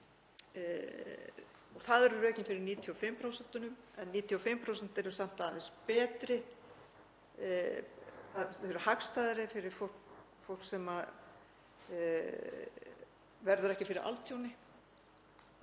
Það eru rökin fyrir 95% en 95% eru samt aðeins betri, þau eru hagstæðari fyrir fólk sem verður ekki fyrir altjóni